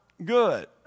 Good